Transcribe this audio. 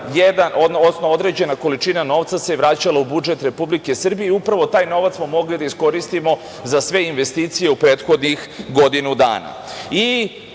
i određena količina novca se vraćala u budžet Republike Srbije i upravo taj novac smo mogli da iskoristimo za sve investicije u prethodnih godinu dana.